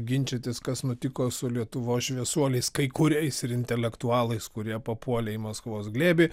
ginčytis kas nutiko su lietuvos šviesuoliais kai kuriais ir intelektualais kurie papuolė į maskvos glėbį